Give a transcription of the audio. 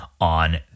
on